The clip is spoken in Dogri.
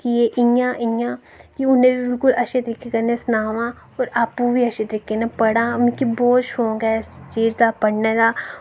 कि एह् इ'यां इ'यां कि उ'ने बी बिल्कुल अच्छे तरीके कन्नै सनावां और अप्पू बी अच्छे तरीके कन्नै पढ़ा मिकी बहुत शौंक ऐ इस चीज दा पढ़ने दा